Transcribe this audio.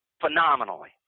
phenomenally